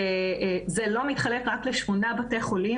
וזה לא מתחלק רק לשמונה בתי חולים.